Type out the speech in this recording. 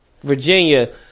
Virginia